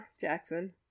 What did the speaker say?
jackson